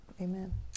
amen